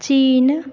China